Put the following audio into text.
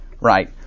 right